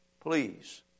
please